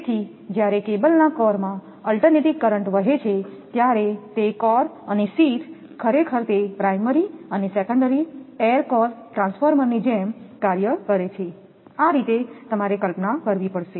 તેથી જ્યારે કેબલના કોર માં અલ્ટરનેટીંગ કરંટ વહે છે ત્યારે તે કોર અને શીથ ખરેખર તે પ્રાયમરી અને સેકન્ડરી એર કોર ટ્રાન્સફોર્મરની જેમ કાર્ય કરે છે આ રીતે તમારે કલ્પના કરવી પડશે